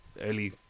early